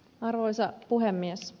arvoisa puhemies